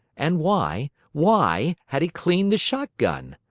and why, why had he cleaned the shotgun?